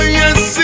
yes